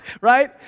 Right